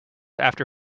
after